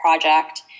project